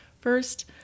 First